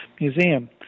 museum